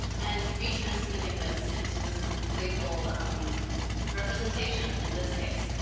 and retransmitting this into this kind of playful representation, in this case,